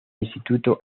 instituto